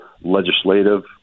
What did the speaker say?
legislative